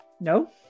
no